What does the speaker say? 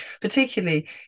particularly